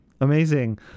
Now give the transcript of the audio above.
amazing